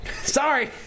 Sorry